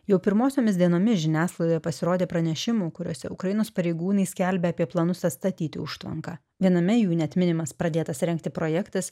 jau pirmosiomis dienomis žiniasklaidoje pasirodė pranešimų kuriuose ukrainos pareigūnai skelbia apie planus atstatyti užtvanką viename jų net minimas pradėtas rengti projektas